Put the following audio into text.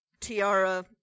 tiara